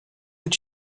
did